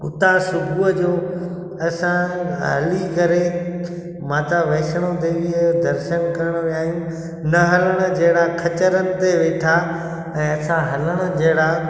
हुतां सुबुह जो असां हली करे माता वैश्णो देवीअ जो दर्शनु करण विया आहियूं न हलण जहिड़ा खचरनि ते वेठा ऐं असां हलण जहिड़ा